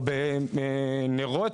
או בנרות,